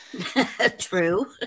true